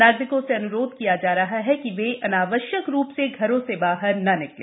नागरिकों से अन्रोध किया जा रहा है कि वे अनावश्यक रूप से घर से बाहर नहीं निकले